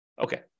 Okay